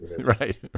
right